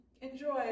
Enjoy